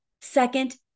Second